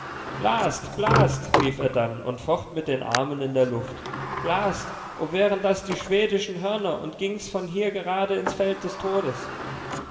blast blast rief er dann und focht mit den armen in der luft blast o wären das die schwedischen hörner und ging's von hier gerade ins feld des todes